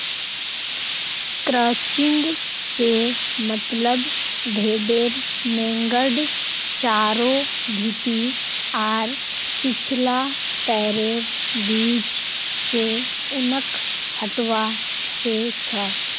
crutching से मतलब भेडेर नेंगड चारों भीति आर पिछला पैरैर बीच से ऊनक हटवा से छ